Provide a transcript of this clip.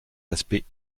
aspects